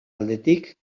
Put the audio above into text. aldetik